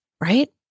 right